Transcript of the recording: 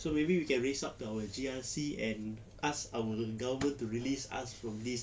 so maybe we can raise up to our G_R_C and ask our government to release us from this